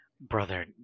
Brother